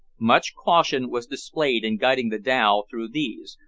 much caution was displayed in guiding the dhow through these,